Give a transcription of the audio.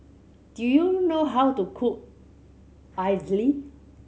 do you know how to cook idly